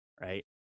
right